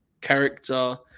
character